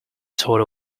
sort